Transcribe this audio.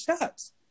shots